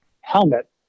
helmet